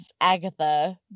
Agatha